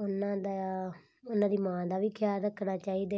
ਉਹਨਾਂ ਦਾ ਉਹਨਾਂ ਦੀ ਮਾਂ ਦਾ ਵੀ ਖਿਆਲ ਰੱਖਣਾ ਚਾਹੀਦਾ